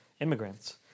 immigrants